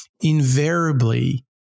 invariably